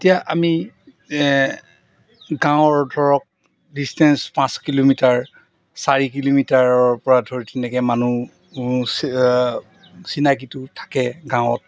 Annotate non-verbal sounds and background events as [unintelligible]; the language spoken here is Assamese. এতিয়া আমি গাঁৱৰ ধৰক ডিষ্টেঞ্চ পাঁচ কিলোমিটাৰ চাৰি কিলোমিটাৰৰপৰা ধৰি তেনেকৈ মানুহ [unintelligible] চিনাকিটো থাকে গাঁৱত